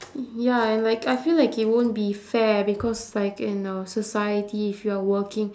ya and like I feel like it won't be fair because like in a society if you are working